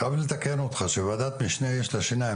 אני חייב לתקן אותך שוועדת משנה יש לה שיניים,